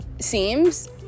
seems